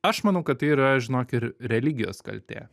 aš manau kad tai yra žinok ir religijos kaltė